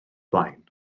blaen